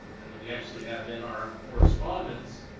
and we actually have in our correspondence,